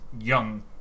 young